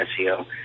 SEO